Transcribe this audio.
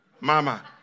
Mama